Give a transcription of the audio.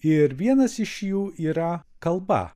ir vienas iš jų yra kalba